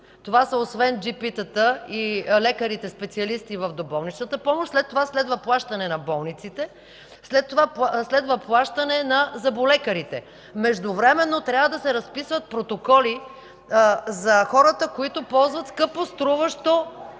Това освен джипитата са и лекарите, специалисти в доболничната помощ. Следва плащане на болниците, след това – на зъболекарите. Междувременно трябва да се разписват протоколи за хората, които ползват скъпоструващо